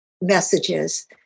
messages